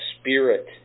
spirit